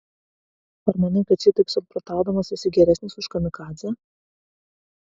ar manai kad šitaip samprotaudamas esi geresnis už kamikadzę